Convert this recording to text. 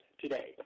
today